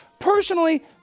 Personally